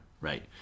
right